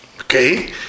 okay